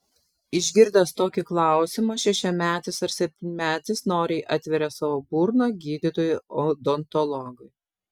išgirdęs tokį klausimą šešiametis ar septynmetis noriai atveria savo burną gydytojui odontologui